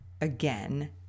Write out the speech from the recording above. again